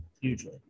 hugely